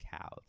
cows